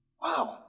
Wow